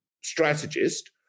strategist